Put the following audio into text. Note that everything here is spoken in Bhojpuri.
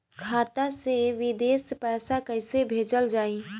खाता से विदेश पैसा कैसे भेजल जाई?